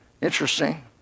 Interesting